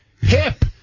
Hip